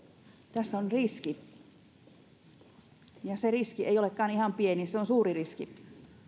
tässä on riski ja se riski ei olekaan ihan pieni se on suuri riski